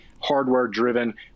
hardware-driven